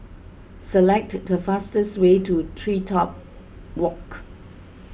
select the fastest way to TreeTop Walk